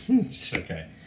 okay